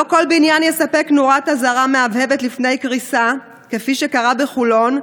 לא כל בניין יספק נורת אזהרה מהבהבת לפני קריסה כפי שקרה בחולון,